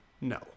No